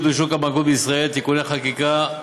בשוק הבנקאות בישראל (תיקוני חקיקה).